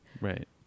right